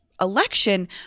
election